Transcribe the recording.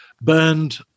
Burned